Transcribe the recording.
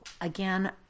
Again